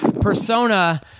Persona